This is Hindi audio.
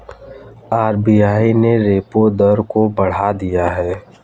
आर.बी.आई ने रेपो दर को बढ़ा दिया है